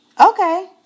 Okay